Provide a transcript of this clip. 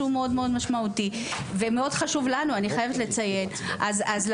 משמעותי ואני חייבת לציין שחשוב לנו מאוד.